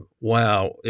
wow